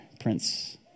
Prince